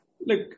Look